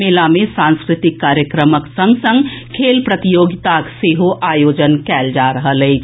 मेला मे सांस्कृतिक कार्यक्रमक संग संग खेल प्रतियोगिताक सेहो आयोजन कएल जा रहल अछि